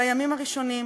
בימים הראשונים.